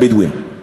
הבדואים.